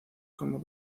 como